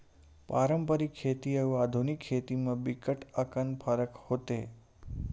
पारंपरिक खेती अउ आधुनिक खेती म बिकट अकन फरक होथे